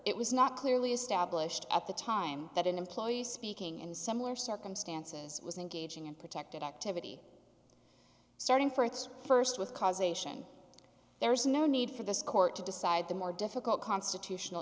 it was not clearly established at the time that an employee speaking in similar circumstances was engaging in protected activity starting for it's first with causation there is no need for this court to decide the more difficult constitutional